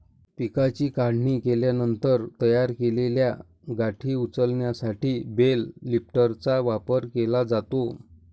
पिकाची काढणी केल्यानंतर तयार केलेल्या गाठी उचलण्यासाठी बेल लिफ्टरचा वापर केला जातो